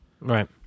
Right